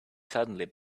suddenly